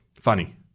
Funny